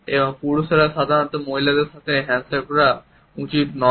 এবং পুরুষদের সাধারণত মহিলাদের সাথে হ্যান্ডশেক শুরু করা উচিত নয়